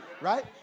Right